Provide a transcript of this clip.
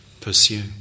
pursue